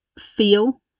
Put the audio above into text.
feel